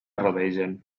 rodegen